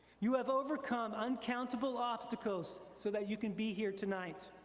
you have overcome uncountable obstacles so that you can be here tonight.